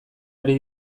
ari